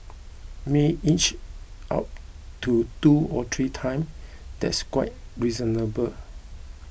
may inch up to two or three times that's quite reasonable